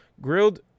Grilled